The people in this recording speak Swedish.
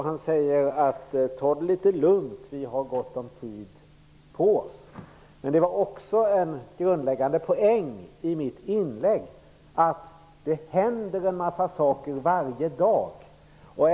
Han säger att vi skall ta det litet lugnt för vi har gott om tid på oss. Men det var också en grundläggande poäng i mitt inlägg att det händer en massa saker varenda dag.